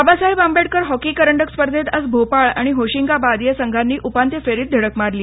Babasaheb Ambedkar hockey करंडक स्पर्धेंत आज भोपाऴ आणि होशिंगाबाद या संघांनी उपांत्य फेरीत धडक मारली